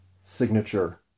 signature